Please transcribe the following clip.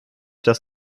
dass